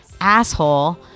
asshole